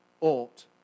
ought